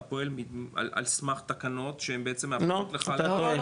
אתה פועל על סמך תקנות שהם בעצם מאפשרות לך לא.